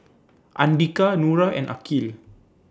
Andika Nura and Aqil